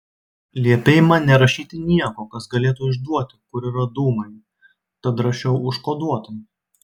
liepei man nerašyti nieko kas galėtų išduoti kur yra dūmai tad rašiau užkoduotai